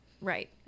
Right